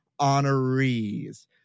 honorees